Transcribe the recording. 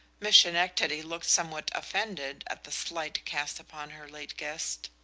miss schenectady looked somewhat offended at the slight cast upon her late guest.